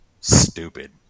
stupid